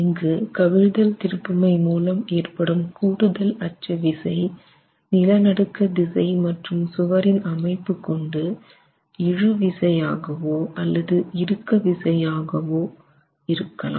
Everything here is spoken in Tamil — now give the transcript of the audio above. இங்கு கவிழ்தல்திருப்புமை மூலம் ஏற்படும் கூடுதல் அச்சு விசை நிலநடுக்க திசை மற்றும் சுவரின் அமைப்பு கொண்டு இழுவிசை ஆகவோ அல்லது இறுக்க விசை ஆகவோ என்று இருக்கலாம்